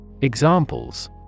Examples